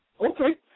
Okay